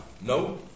no